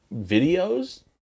videos